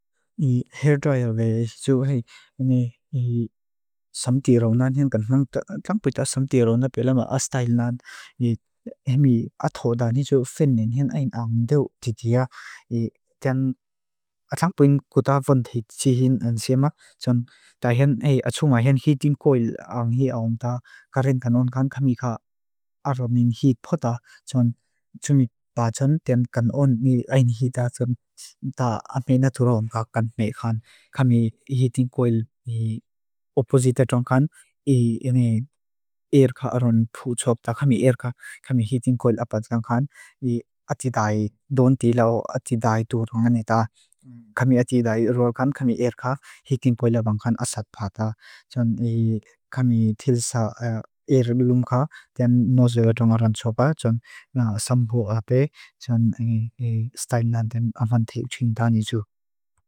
Kami hitin koel opozita tron kan. I er ka aron phu tsob ta. Kami er ka. Kami hitin koel apa tsan kan. I atidai. Don tilao atidai turo nganita. Kami atidai rokan. Kami er ka. Hikin koel abang kan asat pa ta. Tson kami tilsa er lung ka. Tian noso dong aran tsob pa. Tson sambu ape. Tson angi stailan ten afanthit trin ta niju.